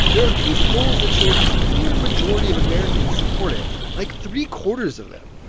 there are a few polls that show a clear majority of americans support it like, three-quarters of them.